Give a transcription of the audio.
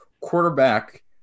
quarterback –